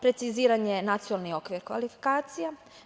Preciziran je Nacionalni okvir kvalifikacija.